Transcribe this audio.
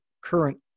current